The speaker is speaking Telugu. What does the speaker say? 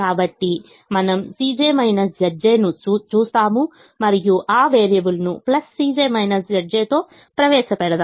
కాబట్టి మనము ను చూస్తాము మరియు ఆ వేరియబుల్ను Cj Zj తో ప్రవేశపెడదాం